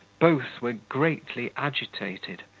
both were greatly agitated,